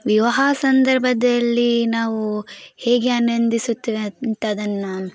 ವಿವಾಹ ಸಂದರ್ಭದಲ್ಲಿ ನಾವು ಹೇಗೆ ಆನಂದಿಸುತ್ತೇವೆ ಅಂಥದ್ದನ್ನು